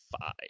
five